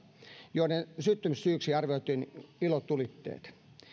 joiden syttymissyyksi arvioitiin ilotulitteet